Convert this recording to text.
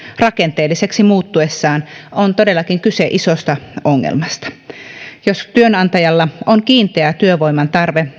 rakenteelliseksi muuttuessaan on todellakin kyse isosta ongelmasta jos työnantajalla on kiinteä työvoiman tarve